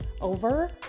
over